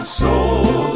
soul